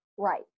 Right